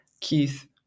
Keith